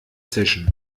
zischen